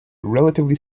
relatively